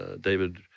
David